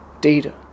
data